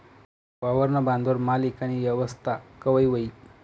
वावरना बांधवर माल ईकानी येवस्था कवय व्हयी?